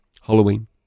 Halloween